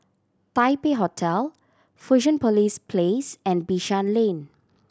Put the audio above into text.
Taipei Hotel Fusionopolis Place and Bishan Lane